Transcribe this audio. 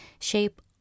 shape